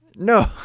No